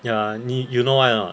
ya 你 you know why or not